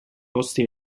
posti